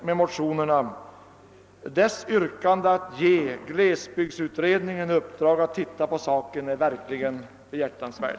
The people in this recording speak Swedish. Men motionernas yrkande, att man skall ge glesbygdsutredningen i uppdrag att se över detta, är verkligen behjärtansvärt.